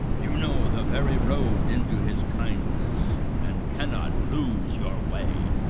you know the very road into his kindness and cannot lose your way.